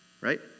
Right